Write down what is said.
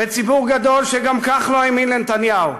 וציבור גדול שגם כך לא האמין לנתניהו,